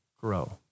grow